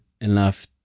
enough